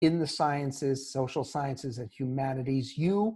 ‫במדעים, מדעי החברה, ‫מדעי הרוח, אתם...